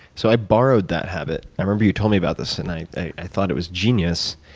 so i borrowed that habit. i remember you told me about this and i i thought it was genius